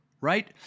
Right